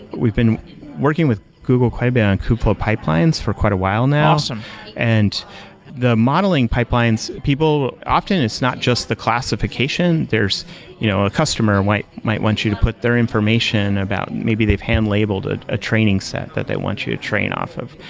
we've been working with google quite a bit on kubeflow pipelines for quite a while now awesome and the modeling pipelines, people often it's not just the classification. there's you know a customer might might want you to put their information about maybe they've hand-labeled a a training set that they want you to train off of.